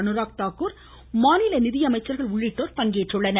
அனுராக் தாக்கூர் மாநில நிதியமைச்சர்கள் உள்ளிட்டோரும் பங்கேற்றுள்ளனர்